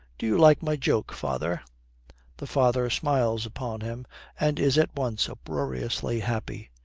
do you like my joke, father the father smiles upon him and is at once uproariously happy.